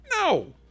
No